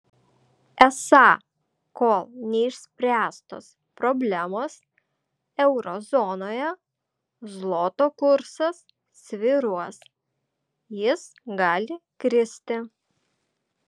esą kol neišspręstos problemos euro zonoje zloto kursas svyruos jis gali kristi